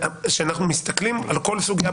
שאנחנו מסתכלים על כל הסוגייה,